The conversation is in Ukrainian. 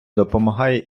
допомагає